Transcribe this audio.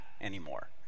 anymore